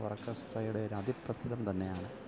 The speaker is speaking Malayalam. ഓർക്കസ്ട്രയുടെ ഒരതിപ്രസരം തന്നെയാണ്